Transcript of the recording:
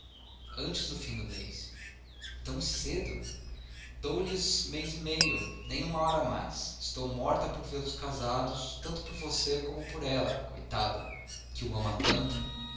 antes do fim do mês tão cedo dou-lhe mês e meio nem uma hora mais estou morta por vê-los casados tanto por você como por ela coitada que o ama tanto